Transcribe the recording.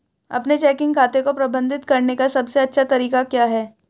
अपने चेकिंग खाते को प्रबंधित करने का सबसे अच्छा तरीका क्या है?